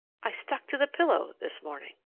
i stuck to the pillow this morning.